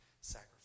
sacrifice